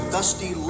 Dusty